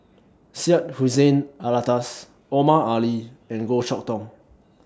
Syed Hussein Alatas Omar Ali and Goh Chok Tong